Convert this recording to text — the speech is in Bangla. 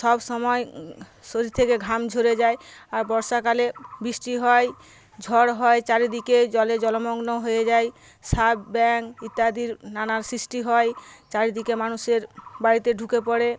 সবসময় শরীর থেকে ঘাম ঝরে যায় আর বর্ষাকালে বৃষ্টি হয়ই ঝড় হয়ই চারিদিকে জলে জলমগ্ন হয়ে যাই সাপ ব্যাঙ ইত্যাদির নানান সৃষ্টি হয়ই চারিদিকে মানুষের বাড়িতে ঢুকে পরে